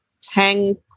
Tang